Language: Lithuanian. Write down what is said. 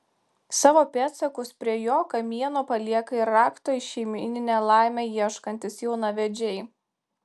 savo pėdsakus prie jo kamieno palieka ir rakto į šeimyninę laimę ieškantys jaunavedžiai